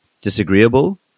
disagreeable